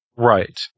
Right